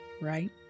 right